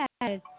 Yes